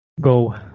Go